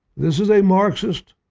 this is a marxist,